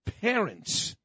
parents